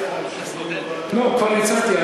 נו, כבר הצעתי.